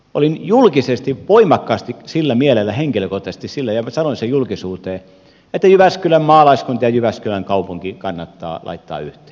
olin julkisesti voimakkaasti sillä mielellä henkilökohtaisesti ja sanoin sen julkisuuteen että jyväskylän maalaiskunta ja jyväskylän kaupunki kannattaa laittaa yhteen